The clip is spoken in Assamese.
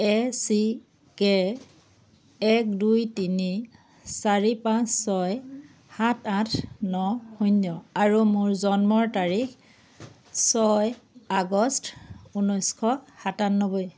এ চি কে এক দুই তিনি চাৰি পাঁচ ছয় সাত আঠ ন শূন্য আৰু মোৰ জন্মৰ তাৰিখ ছয় আগষ্ট ঊনৈছশ সাতানব্বৈ